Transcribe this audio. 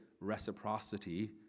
reciprocity